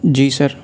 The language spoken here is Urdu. جی سر